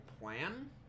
plan